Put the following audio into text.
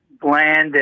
bland